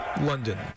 London